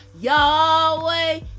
Yahweh